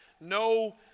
No